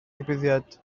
digwyddiad